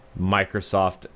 Microsoft